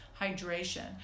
hydration